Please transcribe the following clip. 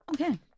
Okay